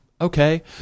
Okay